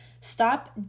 stop